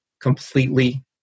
completely